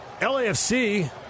LAFC